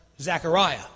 Zechariah